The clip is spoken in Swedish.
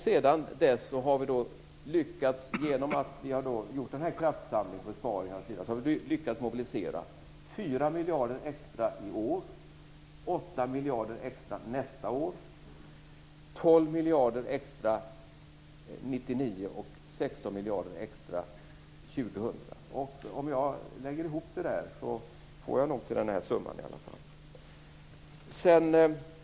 Sedan dess har vi gjort en kraftsamling och genomfört besparingar, och vi har lyckats mobilisera 4 miljarder extra i år, 8 miljarder extra nästa år, 12 miljarder extra 1999 och 16 miljarder extra år 2000. Om jag lägger ihop det här får jag det nog till den summan i alla fall.